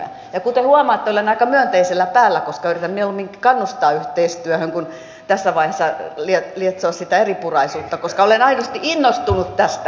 ja kuten huomaatte olen aika myönteisellä päällä koska yritän mieluummin kannustaa yhteistyöhön kuin tässä vaiheessa lietsoa sitä eripuraisuutta koska olen aidosti innostunut tästä